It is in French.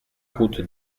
route